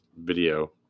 video